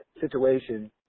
situation